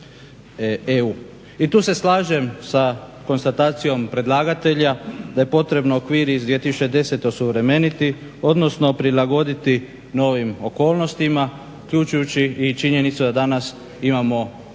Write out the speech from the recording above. I tu se slažem sa konstatacijom predlagatelja da je potrebno okvir iz 2010. osuvremeniti, odnosno prilagoditi novih okolnostima uključujući i činjenicu da danas imamo drugi